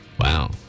Wow